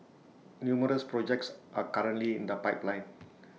numerous projects are currently in the pipeline